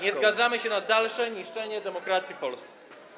Nie zgadzamy się na dalsze niszczenie demokracji w Polsce.